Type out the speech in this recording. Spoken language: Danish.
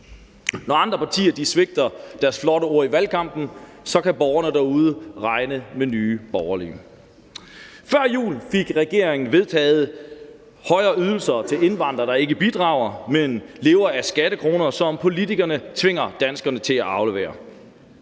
Når andre partier svigter deres flotte ord i valgkampen, kan borgerne derude regne med Nye Borgerlige. Før jul fik regeringen vedtaget højere ydelser til indvandrere, der ikke bidrager, men lever af skattekroner, som politikerne tvingerne danskerne til at aflevere.